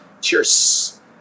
Cheers